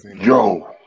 Yo